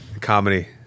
comedy